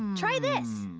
try this.